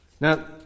Now